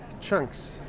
chunks